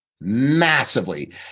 massively